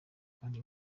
kandi